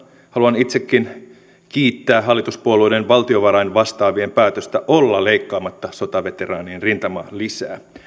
haluan itsekin kiittää hallituspuolueiden valtiovarainvastaavien päätöstä olla leikkaamatta sotaveteraanien rintamalisää